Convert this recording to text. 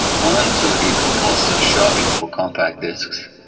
one to the compulsive shopping for compact discs,